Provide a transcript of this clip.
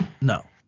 No